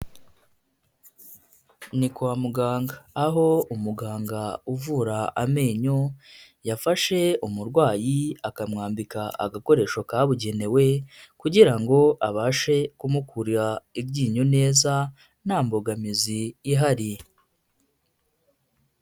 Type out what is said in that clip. Ni kwa muganga aho umuganga uvura amenyo yafashe umurwayi akamwambika agakoresho kabugenewe kugira ngo abashe kumukurira iryinyo neza nta mbogamizi ihari.